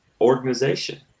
organization